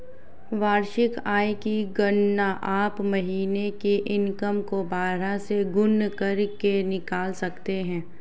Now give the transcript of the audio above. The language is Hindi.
वार्षिक आय की गणना आप महीने की इनकम को बारह से गुणा करके निकाल सकते है